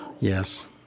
Yes